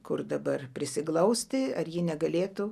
kur dabar prisiglausti ar ji negalėtų